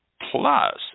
plus